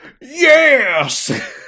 Yes